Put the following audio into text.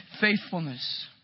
faithfulness